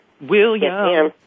William